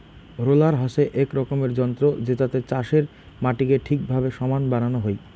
roller হসে এক রকমের যন্ত্র জেতাতে চাষের মাটিকে ঠিকভাবে সমান বানানো হই